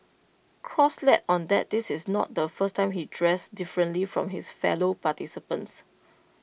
cross let on that this is not the first time he dressed differently from his fellow participants